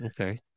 okay